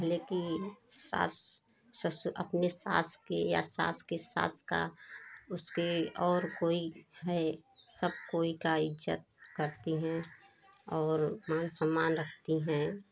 पहले कि सास ससुर अपने सास की या सास कि सास का उसके और कोई है सब कोई का इज्ज़त करती हैं और मान सम्मान रखती हैं